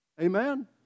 Amen